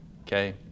Okay